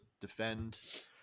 defend